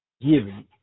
giving